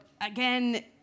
again